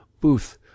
Booth